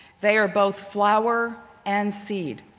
they are both flower and seed.